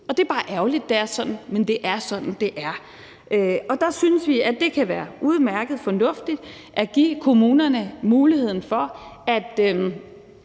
Det er bare ærgerligt, at det er sådan, men det er sådan, det er. Og der synes vi, at det kan være udmærket fornuftigt at give kommunerne muligheden for enten